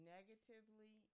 Negatively